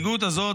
ההסתייגות הזאת,